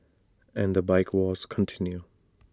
and the bike wars continue